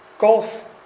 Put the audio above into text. golf